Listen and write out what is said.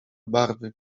barwy